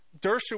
Dershowitz